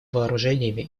вооружениями